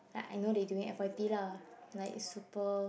like I know they doing F_Y_P lah like super